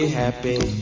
happy